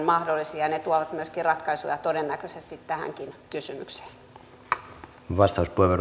ne tuovat myöskin ratkaisuja todennäköisesti tähänkin kysymykseen